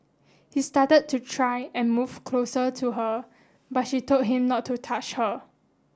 he started to try and move closer to her but she told him not to touch her